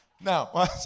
Now